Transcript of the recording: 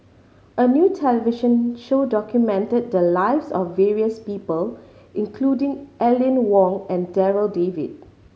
a new television show documented the lives of various people including Aline Wong and Darryl David